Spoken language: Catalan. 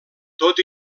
tot